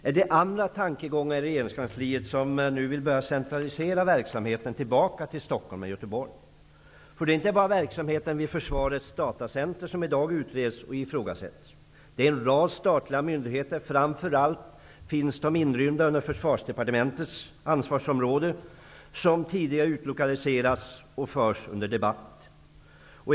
Är det andra tankegångar i regeringskansliet som gör att man nu vill börja centralisera verksamheten tillbaka till Stockholm eller Göteborg? Det är inte bara verksamheten vid Försvarets datacenter som i dag utreds och ifrågasätts, utan det är en rad statliga myndigheter, framför allt sådana som är inordnade under Försvarsdepartementets ansvarsområde, som tidigare har utlokaliserats och som nu debatteras.